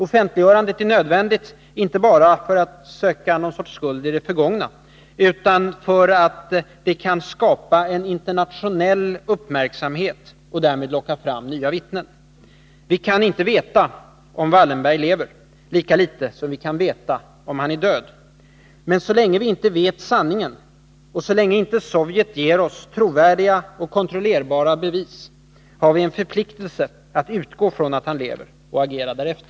Offentliggörandet är nödvändigt — inte bara för att söka någon sorts skuld i det förgångna utan för att det kan skapa internationell uppmärksamhet och därmed locka fram nya vittnen. Vi kan inte veta om Wallenberg lever — lika litet som vi kan veta om han är död. Men så länge vi inte vet sanningen och så länge Sovjet inte ger oss trovärdiga och kontrollerbara bevis, har vi en förpliktelse att utgå från att han lever — och agera därefter.